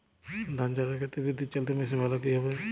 ধান ঝারার ক্ষেত্রে বিদুৎচালীত মেশিন ভালো কি হবে?